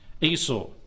Esau